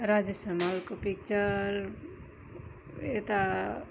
राजेश हमालको पिक्चर यता